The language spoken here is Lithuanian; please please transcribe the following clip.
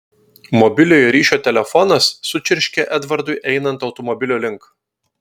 mobiliojo ryšio telefonas sučirškė edvardui einant automobilio link